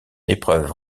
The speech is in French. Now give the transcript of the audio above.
épreuves